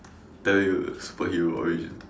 tell you superhero origin